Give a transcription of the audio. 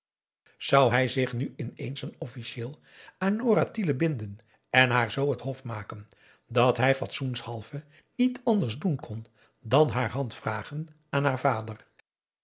zou hij zich nu ineens en officieel aan nora tiele binden en haar z het hof maken dat hij aum boe akar eel fatsoenshalve niet anders doen kon dan haar hand vragen aan haar vader